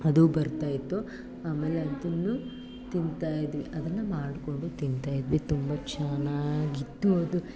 ಅದೂ ಬರ್ತಾಯಿತ್ತು ಆಮೇಲೆ ಅದನ್ನು ತಿಂತಾಯಿದ್ವಿ ಅದನ್ನು ಮಾಡಿಕೊಂಡು ತಿಂತಾಯಿದ್ವಿ ತುಂಬ ಚೆನ್ನಾಗಿತ್ತು ಅದು